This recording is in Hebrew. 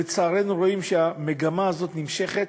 לצערנו, רואים שהמגמה הזאת נמשכת,